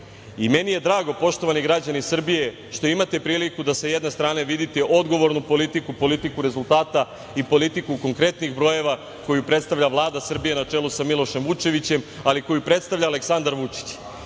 je drago, poštovani građani Srbije, što imate priliku da sa jedne strane vidite odgovornu politiku, politiku rezultata i politiku konkretnih brojeva, koju predstavlja Vlada Srbije na čelu sa Milošem Vučevićem, ali koju predstavlja i Aleksandar Vučić